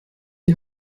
die